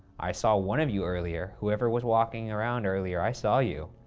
i saw one of you earlier. whoever was walking around earlier, i saw you.